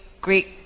great